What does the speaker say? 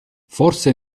forse